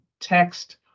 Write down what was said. text